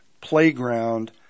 playground